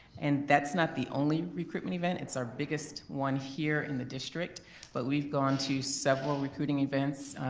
and that's not the only recruitment event. it's our biggest one here in the district but we've gone to several recruiting events,